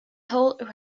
halle